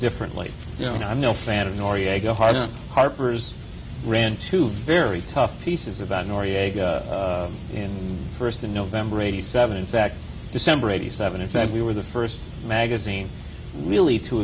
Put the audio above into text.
differently you know i'm no fan of noriega hard harper's ran two very tough pieces about noriega in first in november eighty seven in fact december eighty seven in fact we were the first magazine really to